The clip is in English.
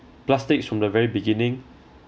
plastics from the very beginning